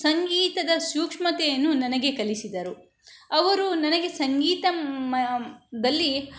ಸಂಗೀತದ ಸೂಕ್ಷ್ಮತೆಯನ್ನು ನನಗೆ ಕಲಿಸಿದರು ಅವರು ನನಗೆ ಸಂಗೀತ ದಲ್ಲಿ